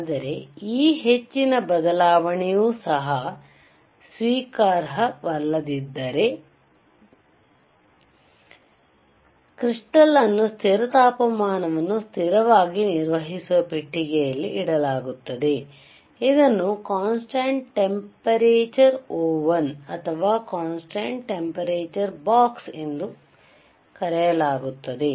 ಆದರೆ ಈ ಹೆಚ್ಚಿನ ಬದಲಾವಣೆಯು ಸಹ ಸ್ವೀಕಾರಾರ್ಹವಲ್ಲದಿದ್ದರೆ ಕ್ರಿಸ್ಟಾಲ್ ಅನ್ನು ಸ್ಥಿರ ತಾಪಮಾನವನ್ನು ಸ್ಥಿರವಾಗಿ ನಿರ್ವಹಿಸುವ ಪೆಟ್ಟಿಗೆಯಲ್ಲಿ ಇಡಲಾಗುತ್ತದೆ ಇದನ್ನು ಕಾನ್ಸ್ಟಾಂಟ್ ಟೆಂಪರೇಚರ್ ಓವನ್ ಅಥವಾ ಕಾನ್ಸ್ಟಾಂಟ್ ಟೆಂಪರೇಚರ್ ಬಾಕ್ಸ್ ಎಂದು ಕರೆಯಲಾಗುತ್ತದೆ